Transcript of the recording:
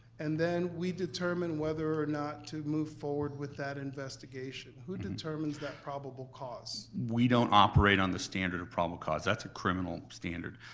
and then we determine whether or not to move forward with that investigation. who determines that probable cause? we don't operate on the standard of probable cause. that's a criminal standard.